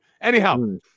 Anyhow